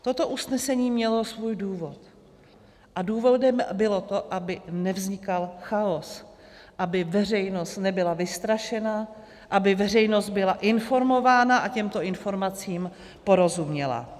Toto usnesení mělo svůj důvod a důvodem bylo to, aby nevznikal chaos, aby veřejnost nebyla vystrašená, aby veřejnost byla informovaná a těmto informacím porozuměla.